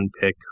pick